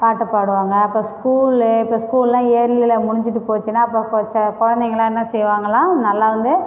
பாட்டு பாடுவாங்கள் அப்போது ஸ்கூல்லு இப்போ ஸ்கூல்லாம் இயர்லியில் முடிஞ்சுட்டு போச்சுன்னா அப்போது போச்சே குழந்தைங்களாம் என்ன செய்வாங்களா நல்லா வந்து